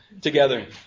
together